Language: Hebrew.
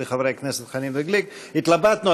התלבטנו,